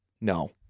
No